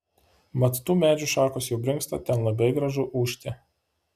mat tų medžių šakos jau brinksta ten labai gražu ūžti